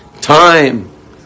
time